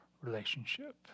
relationship